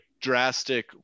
drastic